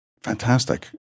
Fantastic